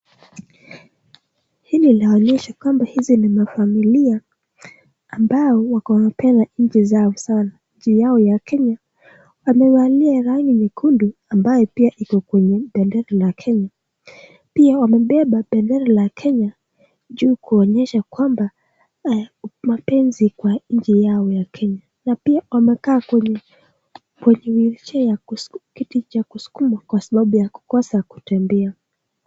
Hili linaonesha kwa hili ni mafamilia ambao woko nje mapera zao safi sana nchi yao kenya. Wamevalia rangi nyekundu ambao pia Iko kwenye bendere ya kenya . Pia wamebeba bendera ya kenya juu kuonyesha kwamba mapenzi kwa nchi yao ya kenya na pia wamekaa kwenye kwenye kiti kusukumwa kwa sababu ya kukosa kutembea